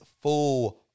full